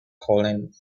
colin